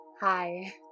Hi